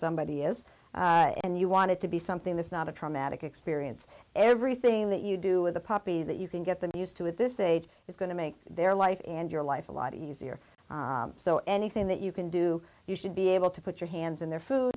somebody is and you want it to be something that's not a traumatic experience everything that you do with a poppy that you can get them used to it this is a it's going to make their life and your life a lot easier so anything that you can do you should be able to put your hands in their food